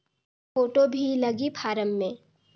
Photo भी लगी form मे?